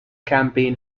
campaign